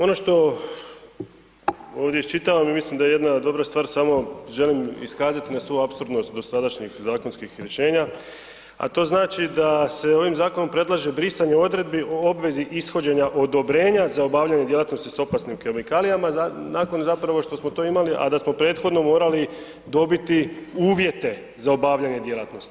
Ono što ovdje iščitavam i mislim da je jedna dobra stvar, samo želim iskazati na svu apsurdnost dosadašnjih zakonskih rješenja, a to znači da se ovim zakonom predlaže brisanje odredbi o obvezi ishođenja odobrenja za obavljanje djelatnosti s opasnim kemikalijama nakon zapravo što smo to imali, a da smo prethodno morali dobiti uvjete za obavljanje djelatnosti.